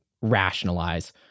rationalize